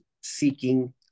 seeking